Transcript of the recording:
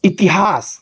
इतिहास